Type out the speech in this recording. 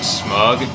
smug